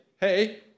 hey